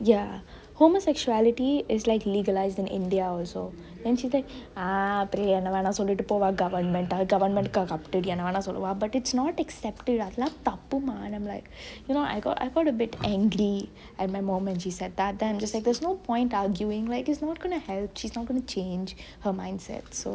ya homosexuality is like legalised in india also then she's like ஆஆ அப்டி என்ன வேனுனாலு சொல்லிட்டு போவா:aaa apdi enne venunaalu sollitu povaa government government நானா சொல்லுவா:naana solluva but it's not accepted அதுலா தப்புமா::athulaa tappumaa I'm like you know I got a bit angry at my mum when she said that then I'm just like there's no point arguing it's not going to help she's not going to change mindset so